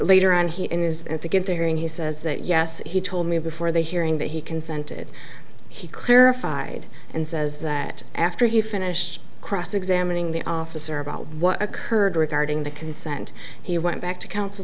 later on he is at the get the hearing he says that yes he told me before the hearing that he consented he clarified and says that after he finished cross examining the officer about what occurred regarding the consent he went back to counsel